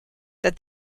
that